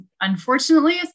unfortunately